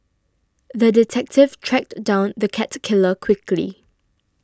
the detective tracked down the cat killer quickly